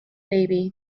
baby